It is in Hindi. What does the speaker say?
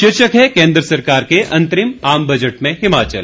शीर्षक है केंद्र सरकार के अंतरिम आम बजट में हिमाचल